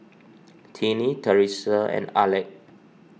Tiny theresa and Aleck